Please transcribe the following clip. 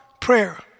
prayer